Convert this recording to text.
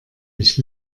ich